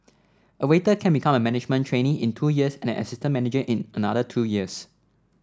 a waiter can become a management trainee in two years and an assistant manager in another two years